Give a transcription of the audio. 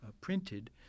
printed